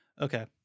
Okay